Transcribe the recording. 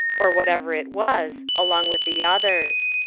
or whatever it was along with the others.